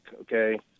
okay